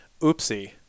Oopsie